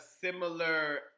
similar